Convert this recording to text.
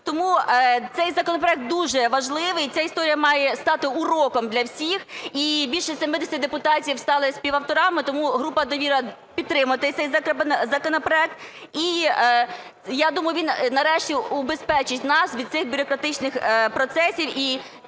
Тому цей законопроект дуже важливий і ця історія має стати уроком для всіх. І більше 70 депутатів стали співавторами. Тому група "Довіра" – підтримати цей законопроект. І я думаю, він нарешті убезпечить нас від цих бюрократичних процесів,